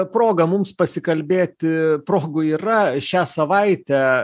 proga mums pasikalbėti progų yra šią savaitę